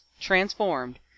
transformed